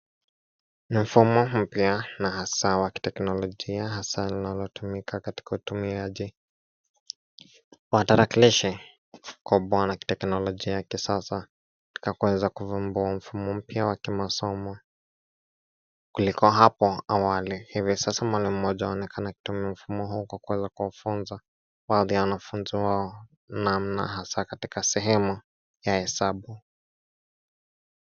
Ni mfumo mpya haswa ya kiteknolojia haswa linalutumika katika utumiaji wa tarakilishi kwa kuwa na kiteknolojia ya kisasa ya kuweza kuvumbua mfumo mpya wa kimasomo. Kuliko hapo awali hivi sasa mwalimu mmoja anaonekana kutumia mfumo huu kufunza baadhi ya wanafunzi wao namna hasa katika sehemu ya hesabu.